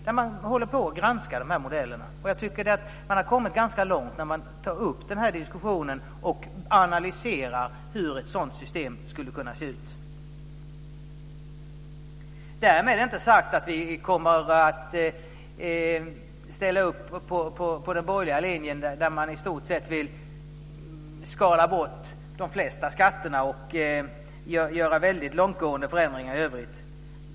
Där granskar man de här modellerna, och jag tycker att man har kommit ganska långt när man tar upp diskussionen och analyserar hur ett sådant system skulle kunna se ut. Därmed inte sagt att vi kommer att ställa upp på den borgerliga linjen, där man i stort sett vill skala bort de flesta skatter och göra väldigt långtgående förändringar i övrigt.